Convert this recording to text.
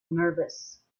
nervous